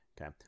Okay